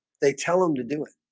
they tell them to do it